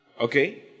okay